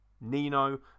Nino